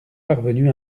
parvenus